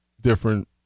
different